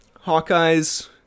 Hawkeye's